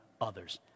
others